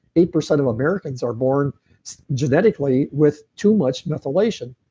eight percent of americans are born genetically with too much methylation.